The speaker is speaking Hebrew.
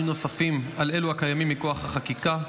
נוספים על אלו הקיימים מכוח החקיקה.